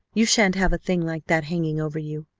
you shan't have a thing like that hanging over you!